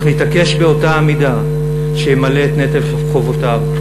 אך נתעקש באותה המידה שימלא את נטל חובותיו,